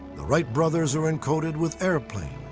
the wright brothers are encoded with airplane.